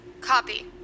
Copy